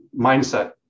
mindset